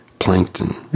Plankton